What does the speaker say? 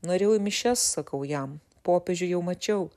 norėjau į mišias sakau jam popiežių jau mačiau